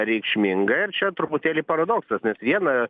reikšminga ir čia truputėlį paradoksas nes viena